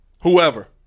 whoever